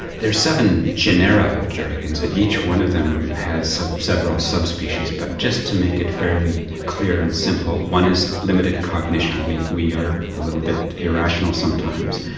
there are seven genera of dragons and each one of them has several sub-species but just to make it fairly clear and simple, one is limited cognition we we are a little bit irrational sometimes.